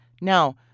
Now